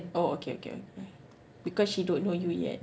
oh okay okay okay because she don't know you yet